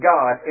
God